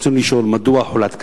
רצוני לשאול: 1. מדוע הוחלט כך?